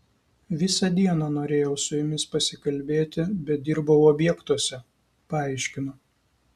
visą dieną norėjau su jumis pasikalbėti bet dirbau objektuose paaiškino